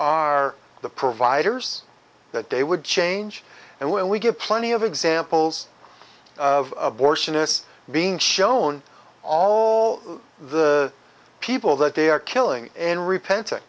are the providers that day would change and when we get plenty of examples of abortionists being shown all the people that they are killing and repenting